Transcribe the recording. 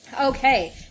Okay